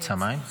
רוצה מים?